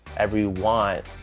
every want,